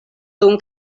dum